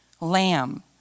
lamb